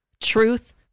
truth